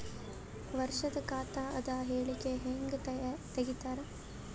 ವರ್ಷದ ಖಾತ ಅದ ಹೇಳಿಕಿ ಹೆಂಗ ತೆಗಿತಾರ?